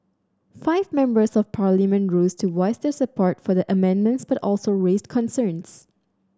five Members of Parliament rose to voice their support for the amendments but also raised concerns